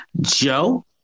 Joe